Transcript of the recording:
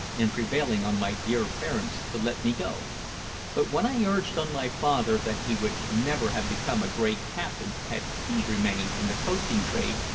in prevailing on my dear parents to let me go but when i urged on my father that he would never have become a great captain had he remained in the coasting trade,